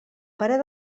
parer